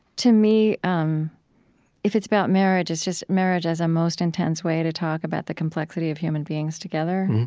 to me, um if it's about marriage, it's just marriage as a most intense way to talk about the complexity of human beings together